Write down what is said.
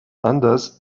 anders